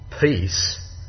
Peace